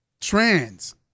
trans